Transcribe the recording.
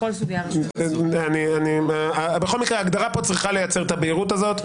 בכל מקרה ההגדרה פה צריכה לייצר את הבהירות הזאת.